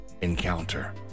encounter